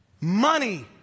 Money